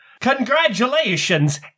congratulations